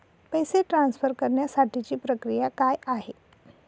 पैसे ट्रान्सफर करण्यासाठीची प्रक्रिया काय आहे?